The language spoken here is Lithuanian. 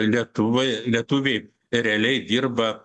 lietuvoj lietuviai realiai dirba